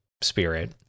spirit